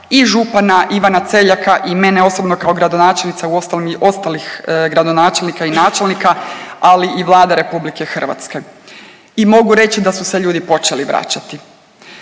i župana Ivana Celjaka i mene osobno kao gradonačelnice, uostalom i ostalih gradonačelnika i načelnika, ali i Vlade RH i mogu reći da su se ljudi počeli vraćati,